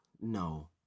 No